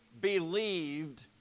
believed